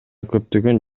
көптөгөн